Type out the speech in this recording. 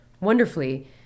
wonderfully